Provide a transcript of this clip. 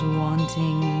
wanting